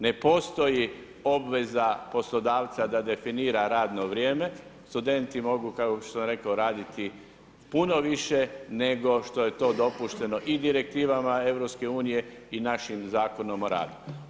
Ne postoji obveza poslodavca da definira radno vrijeme, studenti mogu, kao što je rekao, raditi puno više nego što je to dopušteno i direktivama EU i našim zakonom o radu.